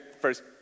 first